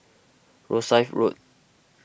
Rosyth Road